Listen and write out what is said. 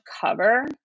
cover